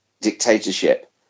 dictatorship